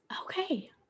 Okay